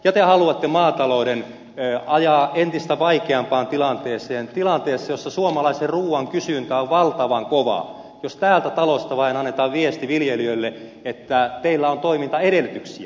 ja te haluatte maatalouden ajaa entistä vaikeampaan tilanteeseen tilanteessa jossa suomalaisen ruuan kysyntä on valtavan kova jos täältä talosta vain annetaan viesti viljelijöille että teillä on toimintaedellytyksiä